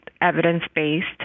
evidence-based